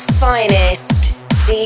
finest